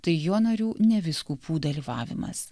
tai jo narių ne vyskupų dalyvavimas